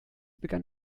begann